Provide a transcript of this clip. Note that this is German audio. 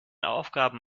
aufgaben